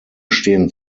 stehen